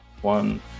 one